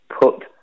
put